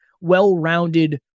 well-rounded